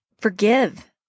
forgive